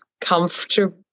comfortable